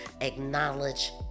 acknowledge